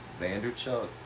Vanderchuk